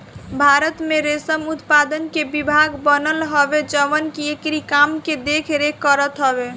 भारत में रेशम उत्पादन के विभाग बनल हवे जवन की एकरी काम के देख रेख करत हवे